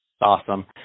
Awesome